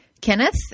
Kenneth